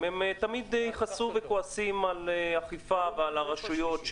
תמיד יכעסו וכועסים על אכיפה ועל הרשויות,